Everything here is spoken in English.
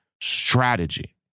strategy